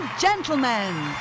gentlemen